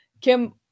kim